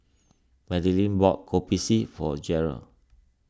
Madeleine bought Kopi C for Jeryl